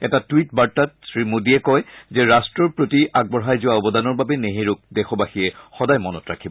এটা টুইট বাৰ্তাত শ্ৰীমোদীয়ে কয় যে ৰাট্টৰ প্ৰতি আগবঢ়াই যোৱা আৱদানৰ বাবে নেহৰুক দেশবাসীয়ে সদায় মনত ৰাখিব